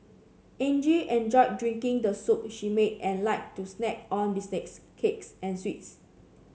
Angie enjoyed drinking the soup she made and liked to snack on biscuits cakes and sweets